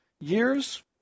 years